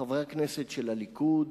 חברי הכנסת של הליכוד